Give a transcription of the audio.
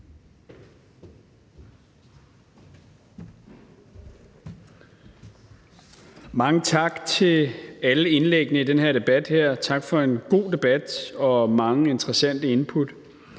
Mange tak for alle indlæggene i den her debat, tak for en god debat med mange interessante input.